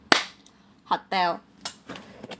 hotel